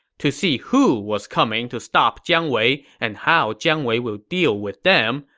to see who was coming to stop jiang wei and how jiang wei will deal with them,